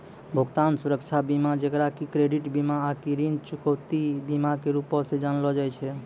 भुगतान सुरक्षा बीमा जेकरा कि क्रेडिट बीमा आकि ऋण चुकौती बीमा के रूपो से जानलो जाय छै